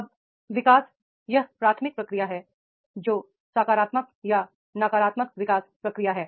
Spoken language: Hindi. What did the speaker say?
अब विकास यह प्राथमिक प्रक्रिया है जो सकारात्मक या नकारात्मक विकास प्रक्रिया है